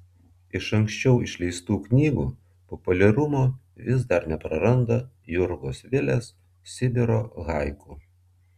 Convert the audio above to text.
iš anksčiau išleistų knygų populiarumo vis dar nepraranda jurgos vilės sibiro haiku